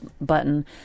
button